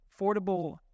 affordable